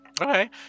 Okay